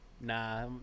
Nah